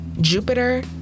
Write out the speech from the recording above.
Jupiter